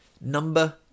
Number